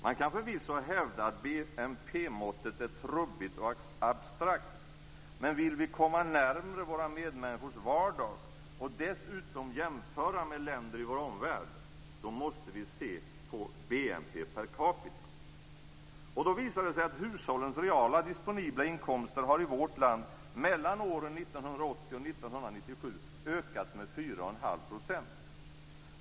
Man kan förvisso hävda att BNP-måttet är trubbigt och abstrakt. Men om vi vill komma närmare våra medmänniskors vardag och dessutom jämföra med länder i vår omvärld, då måste vi se på BNP per capita. Då visar det sig att hushållens reala disponibla inkomster i vårt land mellan åren 1980 och 1997 har ökat med 4,5 %.